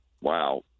wow